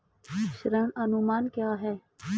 ऋण अनुमान क्या है?